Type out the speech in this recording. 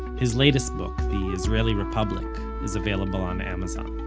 his latest book, the israeli republic, is available on amazon